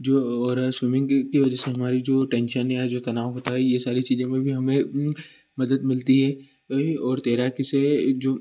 जो और स्विमिंग की वजह से हमारी जो टेंशन या जो तनाव होता है ये सारी चीज़ों में भी हमें मदद मिलती है है और तैराकी से जो